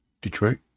Detroit